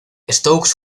stokes